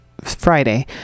friday